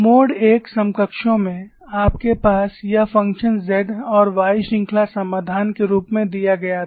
mode I समकक्षों में आपके पास यह फ़ंक्शन Z और Y श्रृंखला समाधान के रूप में दिया गया था